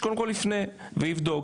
שקודם כל יפנה ויבדוק,